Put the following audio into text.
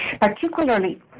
particularly